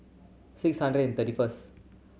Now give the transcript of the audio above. six hundred and thirty first